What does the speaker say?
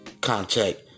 contact